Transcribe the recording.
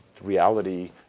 reality